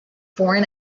born